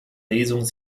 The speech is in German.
lesung